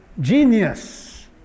genius